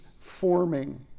forming